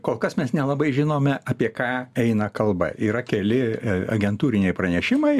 kol kas mes nelabai žinome apie ką eina kalba yra keli agentūriniai pranešimai